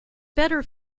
better